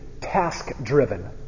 task-driven